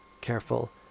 careful